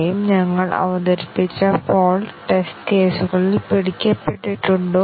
ഇന്ന് നമ്മൾ കുറച്ച് വൈറ്റ് ബോക്സ് ടെസ്റ്റിംഗ് ടെക്നിക്കുകൾ നോക്കും